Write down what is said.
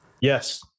Yes